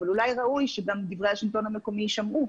אבל אולי ראוי שגם דברי השלטון המקומי יישמעו.